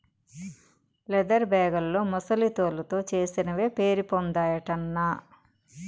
leather బేగుల్లో ముసలి తోలుతో చేసినవే పేరుపొందాయటన్నా